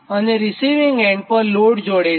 અને receiving end પર load જોડેલ છે